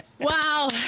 Wow